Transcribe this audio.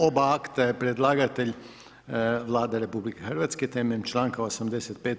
Oba akta je predlagatelj Vlada RH temeljem članka 85.